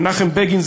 מנחם בגין,